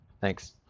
Thanks